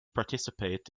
participate